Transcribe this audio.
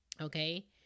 okay